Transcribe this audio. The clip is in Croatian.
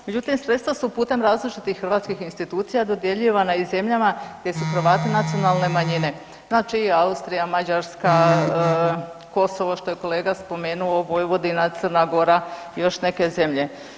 Međutim, sredstva su putem različitih hrvatskih institucija dodjeljivana i zemljama gdje su Hrvati nacionalne manjine znači Austrija, Mađarska, Kosovo što je kolega spomenuo, Vojvodina, Crna Gora i još neke zemlje.